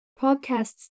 Podcasts